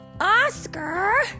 Oscar